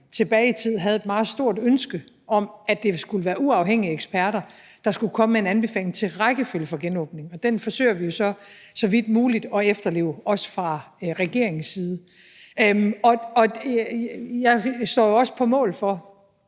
tilbage i tid havde et meget stort ønske om, at det skulle være uafhængige eksperter, der skulle komme med en anbefaling til en rækkefølge for genåbning. Og den forsøger vi så vidt muligt at efterleve, også fra regeringens side. Og jeg står jo også på mål for,